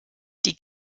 die